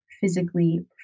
physically